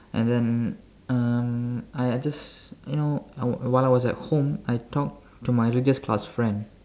and then um I I just you know while I was at home I talked to my religious class friend